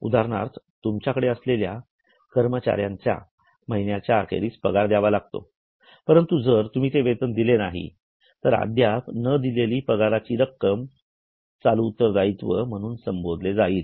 उदाहरणार्थ तुमच्याकडे असलेल्या कर्मचाऱ्यांचा महिन्याच्या अखेरीस पगार द्यावा लागतो परंतु जर तुम्ही ते वेतन दिले नाही तर अद्याप न दिलेली पगाराची रक्कम चालू उत्तरदायित्व म्हणून संबोधले जाईल